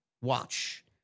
Watch